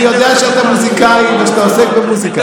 יודע שאתה מוזיקאי ושאתה עוסק במוזיקה,